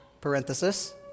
parenthesis